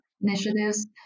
initiatives